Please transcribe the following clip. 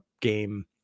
game